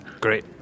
Great